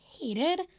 hated